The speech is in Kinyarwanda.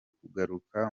kugaruka